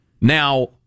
Now